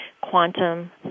quantum